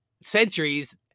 centuries